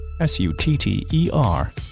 s-u-t-t-e-r